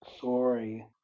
Sorry